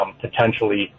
potentially